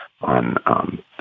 on